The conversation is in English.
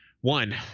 One